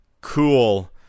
cool